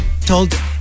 told